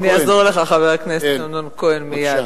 אני אעזור לך, חבר הכנסת אמנון כהן, מייד.